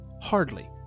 Hardly